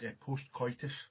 post-coitus